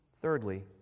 Thirdly